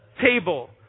table